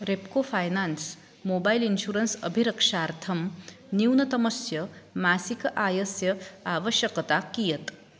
Repco finance mobile insurance अभिरक्षार्थं न्यूनतमस्य मासिक आयस्य आवश्यकता कियत्